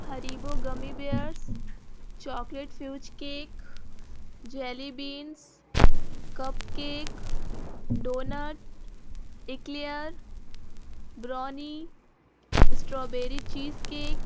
Haribo gummy bears chocolate fudge cake jelly beans cup cake doughnut eclair brownie strawberry cheese cake